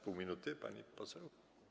Pół minuty, pani poseł?